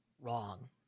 wrong